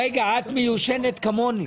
רגע, את מיושנת כמוני.